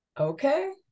okay